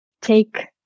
take